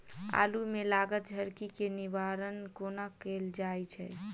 आलु मे लागल झरकी केँ निवारण कोना कैल जाय छै?